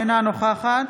אינה נוכחת